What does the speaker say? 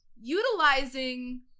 utilizing